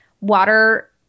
water –